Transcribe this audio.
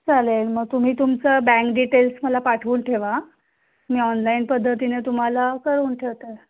चालेल मग तुम्ही तुमचं बँक डिटेल्स मला पाठवून ठेवा मी ऑनलाईन पद्धतीने तुम्हाला कळवून ठेवते